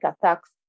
attacks